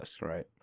right